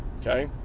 okay